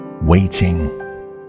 waiting